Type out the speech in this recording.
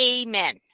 amen